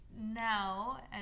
now